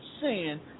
sin